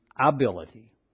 Ability